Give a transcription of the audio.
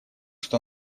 что